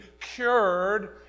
cured